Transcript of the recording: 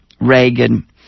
Reagan